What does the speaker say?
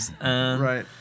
Right